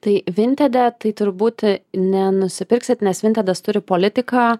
tai vintede tai turbūt nenusipirksit nes vintedas turi politiką